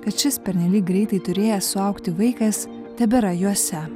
kad šis pernelyg greitai turėjęs suaugti vaikas tebėra juose